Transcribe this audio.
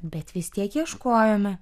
bet vis tiek ieškojome